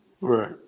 right